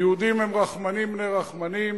יהודים הם רחמנים בני רחמנים